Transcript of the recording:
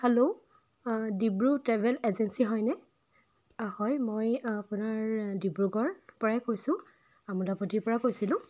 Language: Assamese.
হেল্ল' ডিব্ৰু ট্ৰেভেল এজেঞ্চি হয়নে হয় মই আপোনাৰ ডিব্ৰুগড়পৰাই কৈছোঁ আমোলাপতিৰপৰা কৈছিলোঁ